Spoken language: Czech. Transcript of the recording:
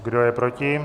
Kdo je proti?